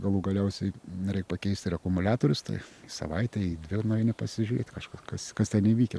galų galiausiai reik pakeist ir akumuliatorius tai į savaitę į dvi nueini nepasižiūrėt kažkas kas kas ten įvykę